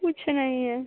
कुछ नहीं हैं